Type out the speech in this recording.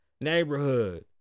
Neighborhood